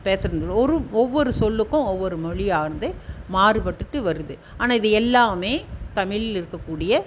பேசருந்து ஒரு ஒவ்வொரு சொல்லுக்கும் ஒவ்வொரு மொழி ஆனது மாறுபட்டுகிட்டு வருது ஆனால் இது எல்லாமே தமிழில் இருக்கக்கூடிய